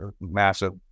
massive